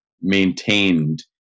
maintained